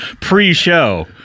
pre-show